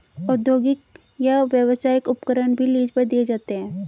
औद्योगिक या व्यावसायिक उपकरण भी लीज पर दिए जाते है